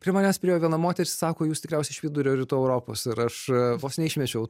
prie manęs priėjo viena moteris sako jūs tikriausiai iš vidurio rytų europos ir aš vos neišmečiau